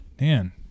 Man